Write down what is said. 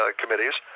committees